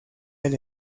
del